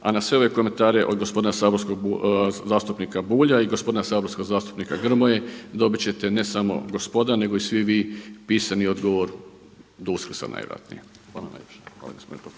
a na sve ove komentare od gospodina saborskog zastupnika Bulja i gospodina saborskog zastupnika Grmoje dobit ćete ne samo gospoda nego i svi vi pisani odgovor do Uskrsa najvjerojatnije. Hvala najljepša.